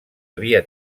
havia